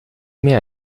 mehr